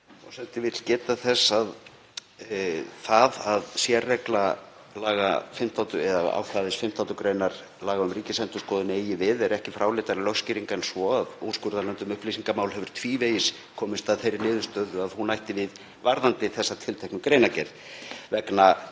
að það að sérregla ákvæðis 15. gr. laga um Ríkisendurskoðun eigi við er ekki fráleitari lögskýring en svo að úrskurðarnefnd um upplýsingamál hefur tvívegis komist að þeirri niðurstöðu að hún ætti við varðandi þessa tilteknu greinargerð,